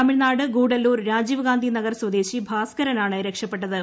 തമിഴ്നാട് ഗൂഡല്ലൂർ രാജീവ്ഗാന്ധിനഗർ സ്വദേശി ഭാസ്കരൻ ആണ് രക്ഷപെട്ടത്